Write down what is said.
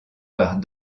part